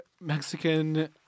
Mexican